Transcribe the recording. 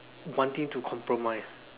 wanting to compromise